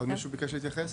עוד מישהו ביקש להתייחס?